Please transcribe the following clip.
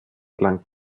lang